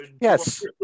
Yes